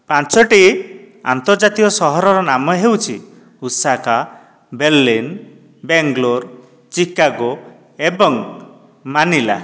ପାଞ୍ଚଟି ଆନ୍ତର୍ଜାତୀୟ ସହରର ନାମ ହେଉଛି ଉଷାକା ବର୍ଲିନ୍ ବ୍ୟାଙ୍ଗ୍ଲୋର୍ ଚିକାଗୋ ଏବଂ ମାନିଲା